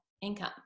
income